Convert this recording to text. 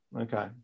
Okay